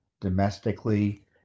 domestically